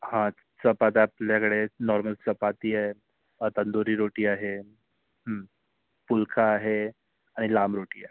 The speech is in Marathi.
हा चपात्या आपल्याकडे नॉर्मल चपाती आहे तंदुरी रोटी आहे पुलका आहे आणि लाम रोटी आहे